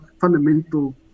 fundamental